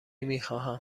میخواهم